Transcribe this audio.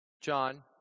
John